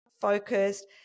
focused